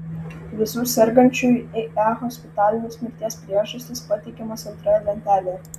visų sergančiųjų ie hospitalinės mirties priežastys pateikiamos antroje lentelėje